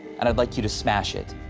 and i'd like you to smash it.